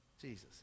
Jesus